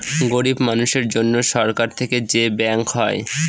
গরিব মানুষের জন্য সরকার থেকে যে ব্যাঙ্ক হয়